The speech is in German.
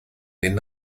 den